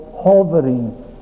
hovering